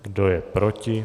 Kdo je proti?